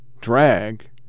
drag